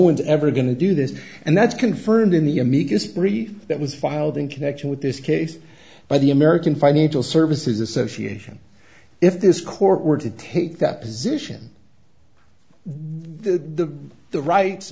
one's ever going to do this and that's confirmed in the amicus brief that was filed in connection with this case by the american financial services association if this court were to take that position the the rights